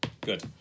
Good